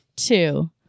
Two